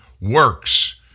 works